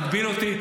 הגבילו אותי.